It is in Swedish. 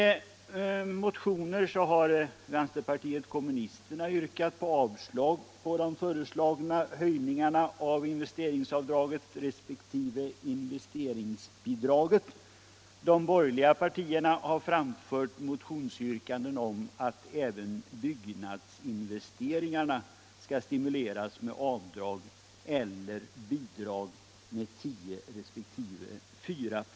Vänsterpartiet kommunisterna har motionsledes yrkat avslag på de föreslagna höjningarna av investeringsavdraget resp. investeringsbidraget. De borgerliga partierna har framfört motionsyrkanden om att även byggnadsinvesteringarna skall stimuleras med avdrag eller bidrag om 10 resp. 4 4.